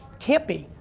can't be.